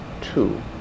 two